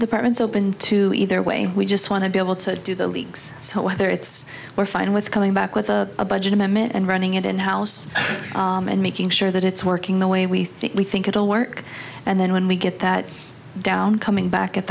the parents open to either way we just want to be able to do the league's whether it's we're fine with coming back with a budget amendment and running it in house and making sure that it's working the way we think we think it'll work and then when we get that down coming back at